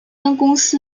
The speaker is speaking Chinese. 公司